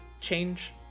change